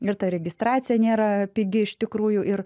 ir ta registracija nėra pigi iš tikrųjų ir